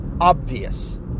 obvious